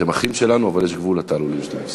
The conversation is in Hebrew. אתם אחים שלנו, אבל יש גבול לתעלולים שאתם עושים.